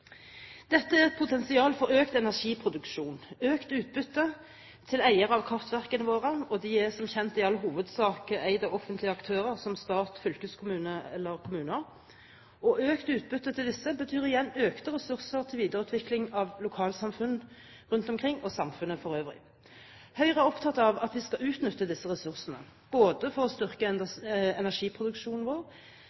Dette er et potensial for økt energiproduksjon og for økt utbytte til eierne av kraftverkene våre – og de er som kjent i all hovedsak offentlige aktører, som stat, fylkeskommune eller kommune. Økt utbytte til disse betyr igjen økte ressurser til videreutvikling av lokalsamfunn rundt omkring og samfunnet for øvrig. Høyre er opptatt av at vi skal utnytte disse ressursene, både for å styrke